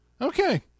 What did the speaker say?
okay